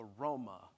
aroma